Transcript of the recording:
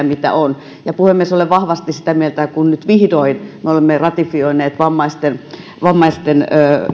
mitä on puhemies olen vahvasti sitä mieltä kun nyt vihdoin me olemme ratifioineet vammaisten vammaisten